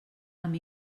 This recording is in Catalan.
amb